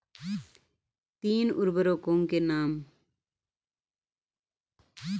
तीन उर्वरकों के नाम?